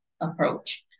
approach